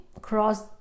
cross